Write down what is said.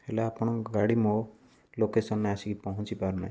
ହେଲେ ଆପଣଙ୍କ ଗାଡ଼ି ମୋ ଲୋକେସନରେ ଆସିକି ପହଞ୍ଚି ପାରୁନାହିଁ